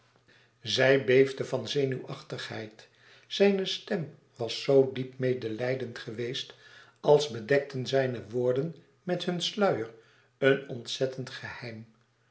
zij beefde van zenuwachtigheid zijne stem was zoo diep medelijdend geweest als bedekten zijne woorden met hun sluier een ontzettend geheim